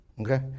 Okay